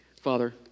Father